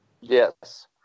Yes